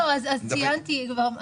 אז ציינתי כבר.